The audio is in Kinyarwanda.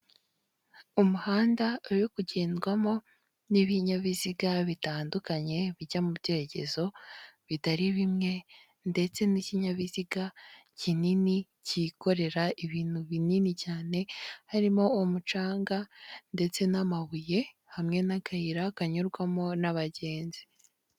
Umuhanda uri kugendwamo n'ibinyabiziga bitandukanye bijya mu byerekezo bitari bimwe ndetse n'ikinyabiziga kinini cyikorera ibintu binini cyane harimo: umucanga ndetse n'amabuye hamwe n'akayira kanyurwamo n'abagenzi.